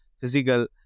physical